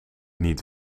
niet